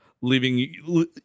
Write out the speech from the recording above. leaving